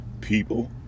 people